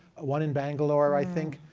one in bangalore, i think.